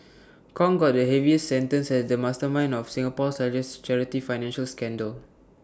Kong got the heaviest sentence as the mastermind of Singapore's A rest charity financial scandal